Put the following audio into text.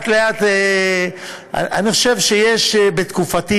אני חושב שיש בתקופתי